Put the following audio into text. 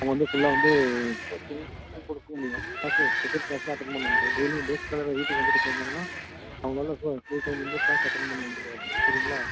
அவங்க வந்து ஃபுல்லாக வந்து கோச்சிங் இது கொடுக்க முடியும் க்ளாஸு ஸ்பெஷல் க்ளாஸெலாம் அட்டன் பண்ண முடியும் டெய்லி டேஸ்காலராக வீட்டுக்கு வந்துவிட்டு போயிருந்தாங்க அவங்களால ஃபுல் டைம் வந்து க்ளாஸ் அட்டன் பண்ண முடியாது சரிங்களா